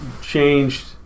changed